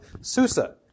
Susa